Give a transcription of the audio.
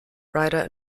ryder